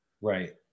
Right